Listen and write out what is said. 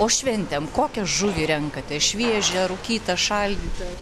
o šventėm kokią žuvį renkatės šviežią rūkytą šaldy